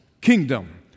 kingdom